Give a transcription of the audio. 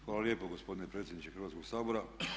Hvala lijepa gospodine predsjedniče Hrvatskoga sabora.